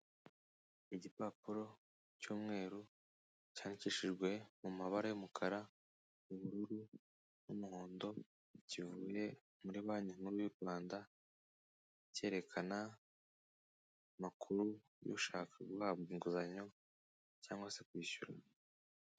Igipapuro cy'umweru cyandikishijwe mu mabara y'umukara, ubururu n'umuhondo, kivuye muri banki nkuru y'u Rwanda, cyerekana amakuru y'ushaka guhabwa inguzanyo cyangwa se kwishyura.